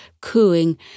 cooing